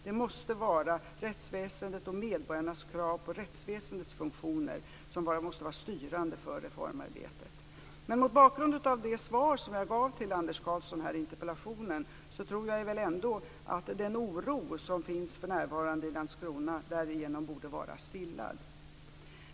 Det måste vara rättsväsendet och medborgarnas krav på dess funktioner som skall vara styrande för reformarbetet. Med det svar som jag gav på Anders Karlssons interpellation tror jag väl ändå att den oro som för närvarande finns i Landskrona borde kunna stillas.